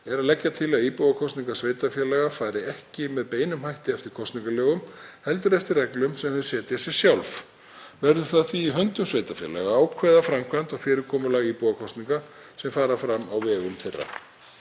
er að leggja til að íbúakosningar sveitarfélaga fari ekki með beinum hætti eftir kosningalögum heldur eftir reglum sem þau setja sér sjálf. Verður það því í höndum sveitarfélaga að ákveða framkvæmd og fyrirkomulag íbúakosninga sem fara fram á vegum þeirra.